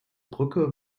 brücke